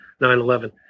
9-11